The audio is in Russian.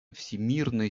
всемирной